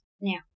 now